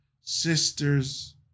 sisters